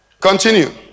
Continue